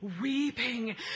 weeping